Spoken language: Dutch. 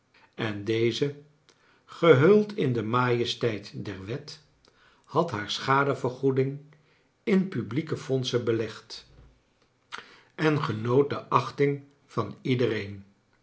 en deze gehuld in de majesteit der wet had haar schadevergoeding in publieke fondsen belegd en genoot de acliting van iedereen